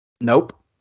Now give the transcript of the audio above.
Nope